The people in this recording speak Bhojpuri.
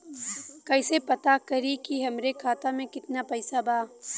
कइसे पता करि कि हमरे खाता मे कितना पैसा बा?